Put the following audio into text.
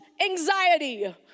anxiety